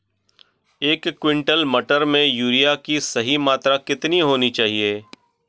एक क्विंटल मटर में यूरिया की सही मात्रा कितनी होनी चाहिए?